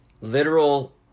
literal